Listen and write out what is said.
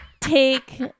take